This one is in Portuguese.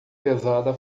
pesada